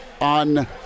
on